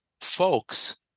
folks